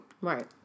right